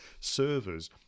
servers